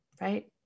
right